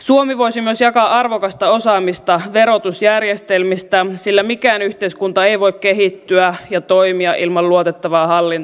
suomi voisi myös jakaa arvokasta osaamista verotusjärjestelmistä sillä mikään yhteiskunta ei voi kehittyä ja toimia ilman luotettavaa hallintoa